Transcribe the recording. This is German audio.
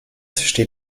steht